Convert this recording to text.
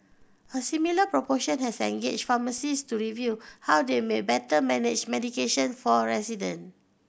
a similar proportion has engaged pharmacist to review how they may better manage medication for resident